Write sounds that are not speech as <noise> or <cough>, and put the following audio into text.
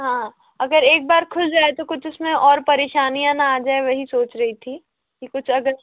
हाँ अगर एक बार खुल जाए तो कुछ उसमें और परेशानियाँ ना आ जाए वही सोच रही थी <unintelligible> कि कुछ अगर